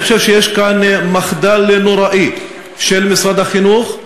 אני חושב שיש כאן מחדל נורא של משרד החינוך,